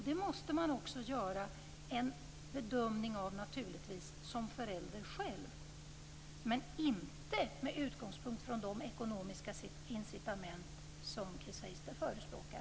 Det måste man som förälder också göra en bedömning av själv, men inte med utgångspunkt i de ekonomiska incitament som Chris Heister förespråkar.